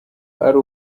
ari